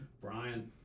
Brian